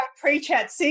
pre-chat